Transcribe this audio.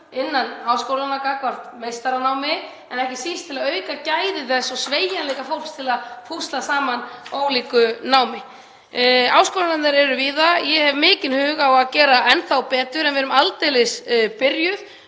innan háskólanna gagnvart meistaranámi en ekki síst til að auka gæði þess og sveigjanleika fólks til að púsla saman ólíku námi. Áskoranirnar eru víða. Ég hef mikinn hug á að gera enn þá betur en við erum aldeilis byrjuð.